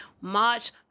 March